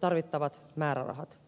tarvittavat määrärahat